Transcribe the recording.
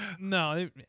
No